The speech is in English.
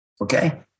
Okay